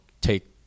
take